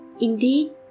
Indeed